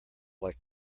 like